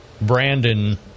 Brandon